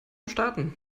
starten